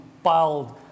piled